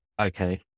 Okay